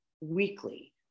weekly